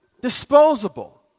disposable